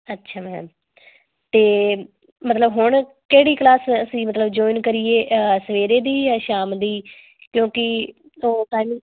ਅੱਛਾ ਮੈਮ ਅਤੇ ਮਤਲਬ ਹੁਣ ਕਿਹੜੀ ਕਲਾਸ ਅਸੀਂ ਮਤਲਬ ਜੁਇਨ ਕਰੀਏ ਸਵੇਰ ਦੀ ਜਾਂ ਸ਼ਾਮ ਦੀ ਕਿਉਂਕਿ ਘਰੋਂ ਸਾਨੂੰ